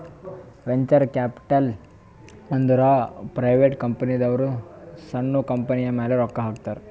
venture capital ಅಂದುರ್ private ಕಂಪನಿದವ್ರು ಸಣ್ಣು ಕಂಪನಿಯ ಮ್ಯಾಲ ರೊಕ್ಕಾ ಹಾಕ್ತಾರ್